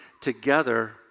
together